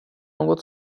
något